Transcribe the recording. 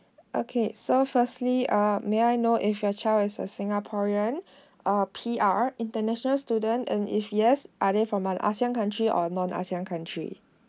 okay so firstly um may I know if your child is a singaporean a P_R international student and if yes are they from an asean country or non asean country